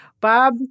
Bob